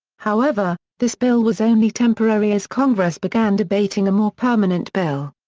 however, this bill was only temporary as congress began debating a more permanent bill.